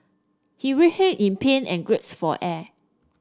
he writhed in pain and gasped for air